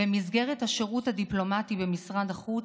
במסגרת השירות הדיפלומטי במשרד החוץ,